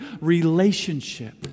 relationship